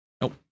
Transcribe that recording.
Nope